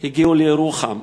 הגיעו לירוחם,